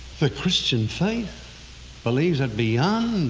the christian faith believes that beyond,